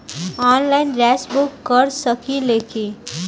Online gas book कर सकिले की?